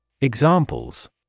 Examples